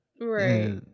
right